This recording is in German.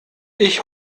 ich